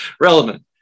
relevant